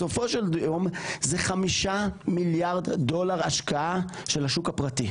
בסופו של יום זה 5 מיליארד דולר השקעה של השוק הפרטי,